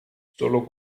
solo